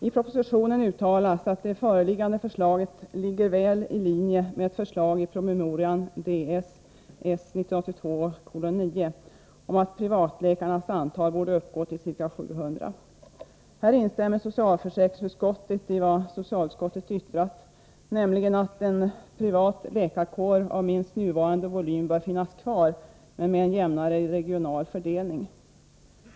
I propositionen uttalas att det föreliggande förslaget ligger väl i linje med ett förslag i promemorian Ds S 1982:9 om att privatläkarnas antal borde uppgå till ca 700. Här instämmer socialförsäkringsutskottet i vad socialutskottet yttrat, nämligen att en privat läkarkår av minst nuvarande volym bör finnas kvar, men med en jämnare regional fördelning.